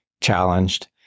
challenged